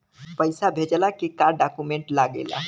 पैसा भेजला के का डॉक्यूमेंट लागेला?